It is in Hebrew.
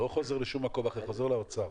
לא חוזר לשום מקום אחר, חוזר לאוצר.